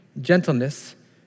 gentleness